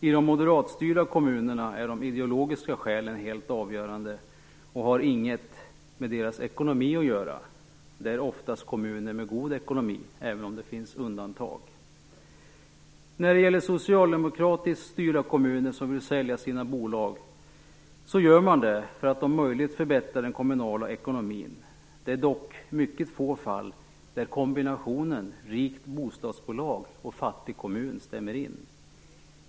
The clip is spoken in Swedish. I de moderatstyrda kommunerna är de ideologiska skälen helt avgörande och har inget med ekonomin att göra. Det är oftast kommuner med god ekonomi även om det finns undantag. Socialdemokratiskt styrda kommuner som vill sälja sina bolag gör det för att om möjligt förbättra den kommunala ekonomin. Det är dock mycket få fall där kombinationen rikt bostadsbolag och fattig kommun stämmer in.